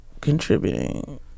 contributing